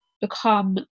become